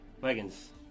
Wagons